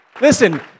Listen